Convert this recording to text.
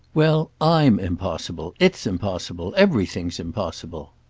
well, i'm impossible. it's impossible. everything's impossible.